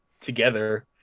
together